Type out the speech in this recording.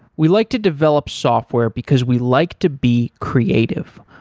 we like to develop software because we like to be creative.